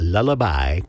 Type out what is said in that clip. Lullaby